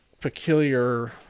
peculiar